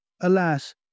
Alas